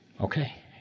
Okay